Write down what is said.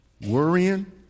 Worrying